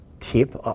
tip